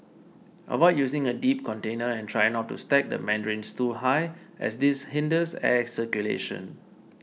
avoid using a deep container and try not to stack the mandarins too high as this hinders air circulation